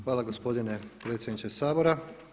Hvala gospodine potpredsjedniče Sabora.